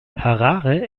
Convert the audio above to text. harare